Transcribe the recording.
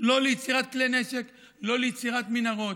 לא ליצירת כלי נשק, לא ליצירת מנהרות.